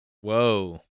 Whoa